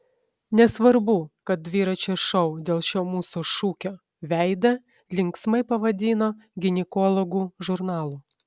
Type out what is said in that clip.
nesvarbu kad dviračio šou dėl šio mūsų šūkio veidą linksmai pavadino ginekologų žurnalu